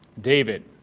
David